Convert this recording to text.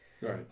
Right